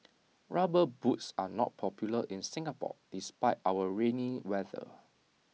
rubber boots are not popular in Singapore despite our rainy weather